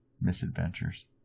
misadventures